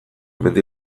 mendi